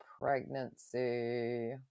pregnancy